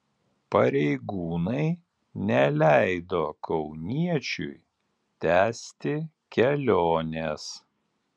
pareigūnai neleido kauniečiui tęsti kelionės